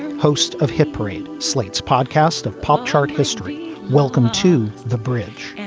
and host of hit parade, slate's podcast of pop chart history. welcome to the bridge.